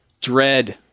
Dread